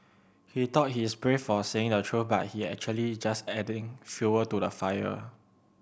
he thought he's brave for saying the truth but he actually just adding fuel to the fire